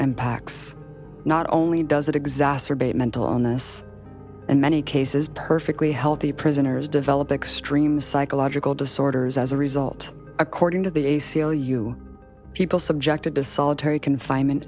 impacts not only does it exacerbate mental illness in many cases perfectly healthy prisoners develop it stream psychological disorders as a result according to the a c l u people subjected to solitary confinement